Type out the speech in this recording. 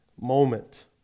moment